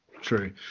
true